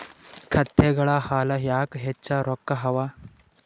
ಕತ್ತೆಗಳ ಹಾಲ ಯಾಕ ಹೆಚ್ಚ ರೊಕ್ಕ ಅವಾ?